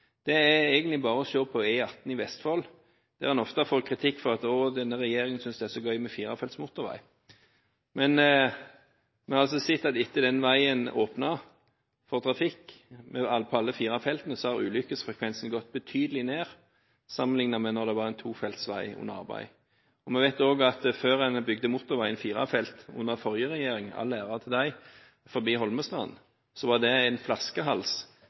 Det er egentlig bare å se på E18 i Vestfold, der en ofte får kritikk som går på: Å, denne regjeringen synes det er så gøy med firefelts motorvei. Men vi har sett at etter at den veien åpnet for trafikk i alle fire feltene, har ulykkesfrekvensen gått betydelig ned sammenlignet med da det var en tofeltsvei under arbeid. Vi vet også at før en bygde motorvei med fire felt – under forrige regjering, all ære til den – forbi Holmestrand, var det en flaskehals,